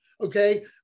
Okay